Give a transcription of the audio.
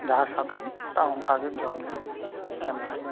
ᱡᱟᱦᱟᱸᱭ ᱥᱟᱫᱚᱢ ᱛᱚ ᱚᱝᱠᱟᱜᱮ ᱡᱚᱢ ᱧᱩ ᱮᱢ ᱞᱮᱠ ᱠᱟᱱᱟ